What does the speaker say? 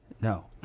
no